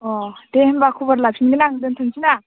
अ दे होनबा खबर लाफिनगोन आं दोनथ'नोसैना